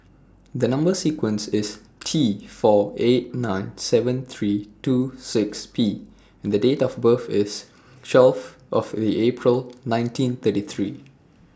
The Number sequence IS T four eight nine seven three two six P and Date of birth IS twelve of The April nineteen thirty three